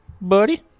buddy